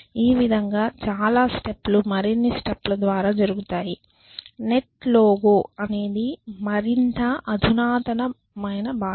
ఈ విధంగా చాలా స్టెప్ లు మరిన్ని స్టెప్ ల ద్వారా జరుగుతాయి నెట్ లోగో అనేది మరింత అధునాతన భాష